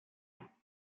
uno